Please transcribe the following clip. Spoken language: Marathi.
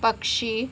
पक्षी